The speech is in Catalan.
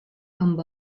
amb